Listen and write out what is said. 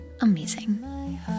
amazing